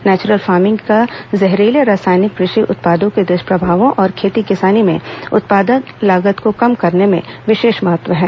natural farming का जहरीले रासायनिक क्रषि उत्पादों के दुष्प्रभावों और खेती किसानी में उत्पादन लागत को कम करने में इसका विशेष महत्व है